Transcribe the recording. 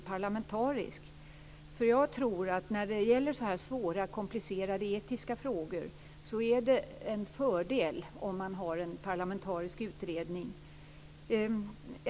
Jag tror nämligen att när det gäller så här svåra komplicerade etiska frågor är det en fördel att ha en parlamentarisk utredning.